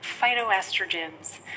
phytoestrogens